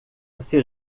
você